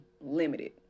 limited